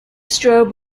strobe